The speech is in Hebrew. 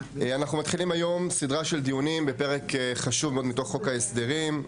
אנחנו מתחילים היום סדרה של דיונים בפרק חשוב מתוך חוק ההסדרים.